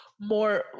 More